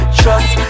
trust